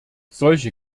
solche